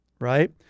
right